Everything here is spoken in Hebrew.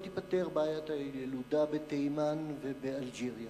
לא תיפתר בעיית הילודה בתימן ובאלג'יריה.